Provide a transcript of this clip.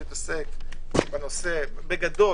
בגדול,